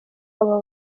aba